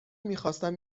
میخواستم